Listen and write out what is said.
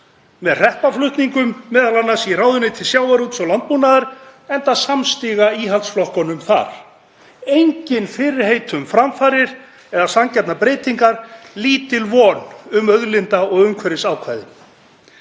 hreppaflutningum m.a. í ráðuneyti sjávarútvegs og landbúnaðar, enda samstiga íhaldsflokkunum þar. Engin fyrirheit um framfarir eða sanngjarnar breytingar. Lítil von um auðlinda- og umhverfisákvæði.